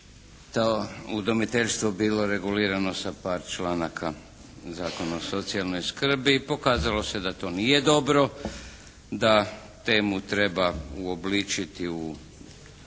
to udomiteljstvo bilo regulirano sa par članaka Zakona o socijalnoj skrbi i pokazalo se da to nije dobro, da temu treba uobličiti u